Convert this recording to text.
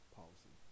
policy